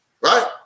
right